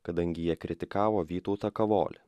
kadangi jie kritikavo vytautą kavolį